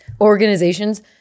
organization's